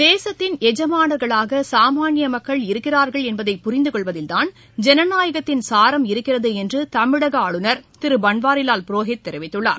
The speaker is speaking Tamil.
தேசத்தின் எஜமானர்களாக சாமானிய மக்கள் இருக்கிறார்கள் என்பதை புரிந்து கொள்வதில்தான் ஜனநாயகத்தின் சாரம் இருக்கிறது என்று தமிழக ஆளுநர் திரு பன்வாரிவால் புரோஹித் தெரிவித்துள்ளார்